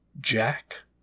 Jack